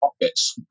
pockets